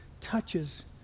touches